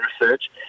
research